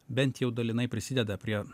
bent jau dalinai prisideda prie